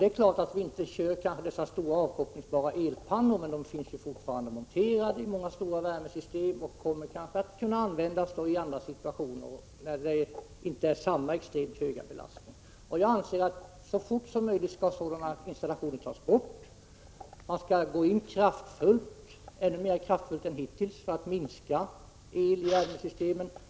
Det är klart att vi inte kör med dessa stora, avkopplingsbara elpannor, men de finns ju fortfarande monterade i många stora värmesystem och kommer kanske att användas i andra situationer, när vi inte har samma extremt höga belastning. Jag anser att sådana installationer skall tas bort så snart som möjligt. Vidare bör man mer kraftfullt än hittills gå in för att minska användningen av el i värmesystemen.